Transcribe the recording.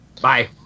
Bye